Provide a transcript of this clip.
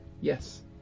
Yes